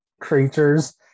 creatures